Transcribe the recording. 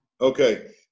Okay